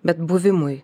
bet buvimui